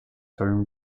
home